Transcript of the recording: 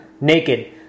Naked